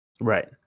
Right